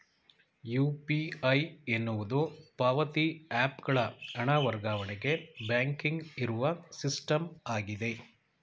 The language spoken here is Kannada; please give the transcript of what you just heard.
ಯು.ಪಿ.ಐ ಎನ್ನುವುದು ಪಾವತಿ ಹ್ಯಾಪ್ ಗಳ ಹಣ ವರ್ಗಾವಣೆಗೆ ಬ್ಯಾಂಕಿಂಗ್ ಇರುವ ಸಿಸ್ಟಮ್ ಆಗಿದೆ